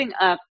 up